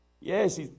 yes